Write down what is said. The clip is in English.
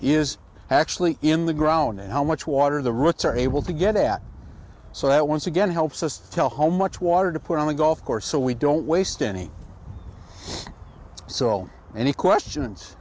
is actually in the ground and how much water the roots are able to get at so that once again helps us tell home much water to put on a golf course so we don't waste any so any questions